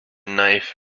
knife